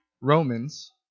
Romans